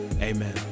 Amen